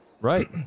Right